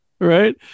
Right